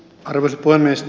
arvoisa puhemies